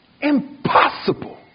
impossible